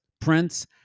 Prince